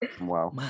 Wow